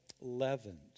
leavened